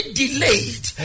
delayed